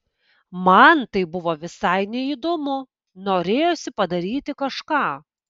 man tai buvo visai neįdomu norėjosi padaryti kažką